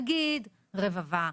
נגיד רבבה,